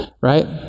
right